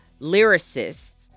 lyricists